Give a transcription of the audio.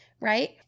right